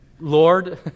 Lord